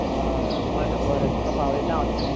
आं बरें बरें तुका पावयता हांव